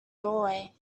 doorway